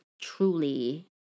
truly